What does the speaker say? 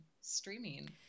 streaming